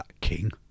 King